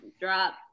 drop